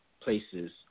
places